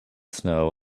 snow